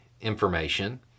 information